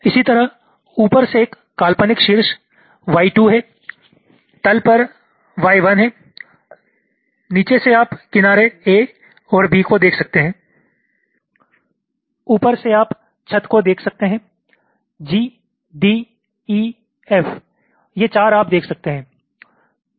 इसी तरह ऊपर से एक काल्पनिक शीर्ष Y2 है तल पर Y1 है नीचे से आप किनारे A और B को देख सकते हैं ऊपर से आप छत को देख सकते हैं G D E F ये 4 आप देख सकते हैं